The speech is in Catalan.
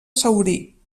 saurí